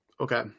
Okay